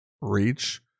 reach